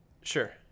sure